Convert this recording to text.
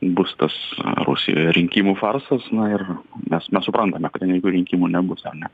bus tas rusijoje rinkimų farsas na ir mes mes suprantame kad ten jokių rinkimų nebus ar ne